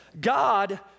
God